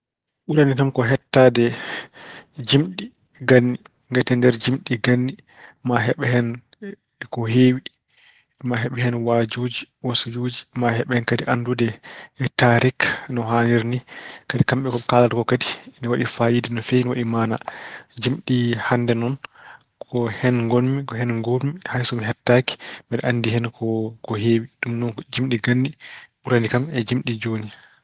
Ɓurani kam ko heɗtaade jimɗi ganni, ngati e nder jimɗi ganni maa heɓ hen ko heewi. Maa heɓ hen waajuuji, wasiyuuji. Maa heɓ hen kadi anndude taariik no haaniri ni. Kadi kamɓe ko ɓe kaalata ko kadi ina waɗi fayiida no feewi, ina waɗi maanaa. Jimɗi hannde noon ko hen ngonmi, ko hen nguur-mi. Hayi so mi heɓtaaki, mbeɗa anndi heen ko heewi. Ɗum noon ko jimɗi ganni ɓurani kam e jimɗi jooni.